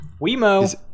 Wemo